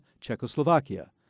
Czechoslovakia